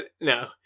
No